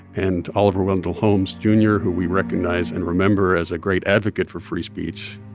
and oliver wendell holmes jr, who we recognize and remember as a great advocate for free speech,